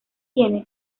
tiene